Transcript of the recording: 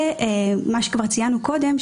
ומה שכבר ציינו קודם,